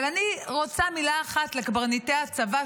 אבל אני רוצה מילה אחת לקברניטי הצבא,